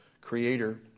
creator